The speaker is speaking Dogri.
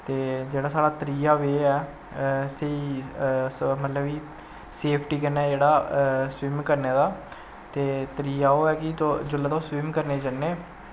ते जेह्ड़ा साढ़ा त्रीआ वे ऐ स्हेई मतलव कि सेफटी कन्नै जेह्ड़ा स्विम करने दा ते त्रीआ ओह् ऐ कि जिसलै तुस स्विम करने गी जन्ने